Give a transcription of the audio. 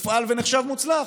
הופעל ונחשב מוצלח.